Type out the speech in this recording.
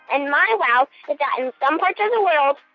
and my wow that in some parts of the world,